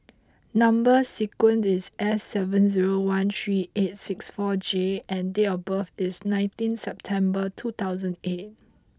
number sequence is S seven zero one three eight six four J and date of birth is nineteen September two thousand eight